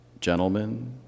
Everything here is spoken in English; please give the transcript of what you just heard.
Gentlemen